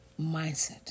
mindset